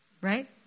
Right